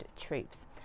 troops